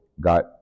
got